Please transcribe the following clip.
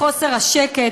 לחוסר שקט,